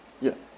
yup